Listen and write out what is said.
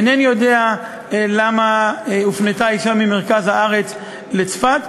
אינני יודע למה הופנתה אישה ממרכז הארץ לצפת.